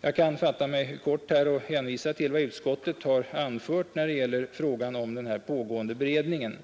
Jag kan fatta mig kort och här hänvisa till vad utskottet anfört i fråga om den pågående beredningen.